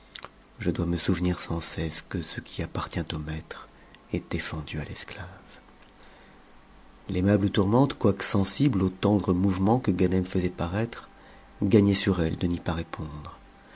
je dois me souvenir sans cesse que ce qui appartient au maitre est défendu à l'esclave l'aimable tourmente quoique sensible aux tendres mouvements que ganem faisait paraître gagnait sur elle de n'y pas répondre